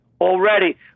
already